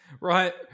Right